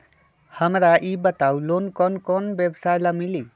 हमरा ई बताऊ लोन कौन कौन व्यवसाय ला मिली?